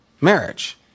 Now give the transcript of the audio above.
marriage